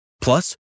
Plus